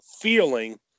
feeling